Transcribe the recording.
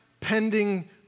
pending